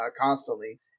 constantly